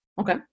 okay